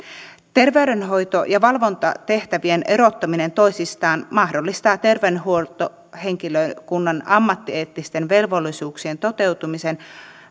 terveydenhoito ja valvontatehtävien erottaminen toisistaan mahdollistaa terveydenhuoltohenkilökunnan ammattieettisten velvollisuuksien toteutumisen